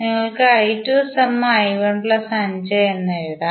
നിങ്ങൾക്ക് എന്ന് എഴുതാം